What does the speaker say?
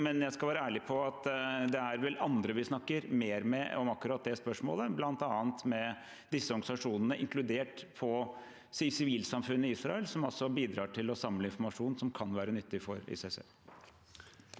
men jeg skal være ærlig om at det vel er andre vi snakker mer med om akkurat det spørsmålet, bl.a. med de organisasjonene – inkludert fra sivilsamfunnet i Israel – som også bidrar til å samle informasjon som kan være nyttig for ICC.